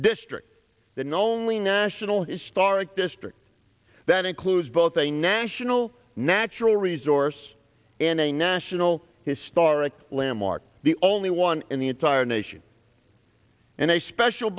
district the only national historic district that includes both a national natural resource and a national historic landmark the only one in the entire nation and a special